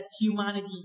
humanity